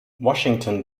washington